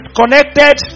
connected